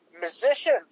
musician